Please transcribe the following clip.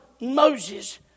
Moses